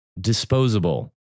disposable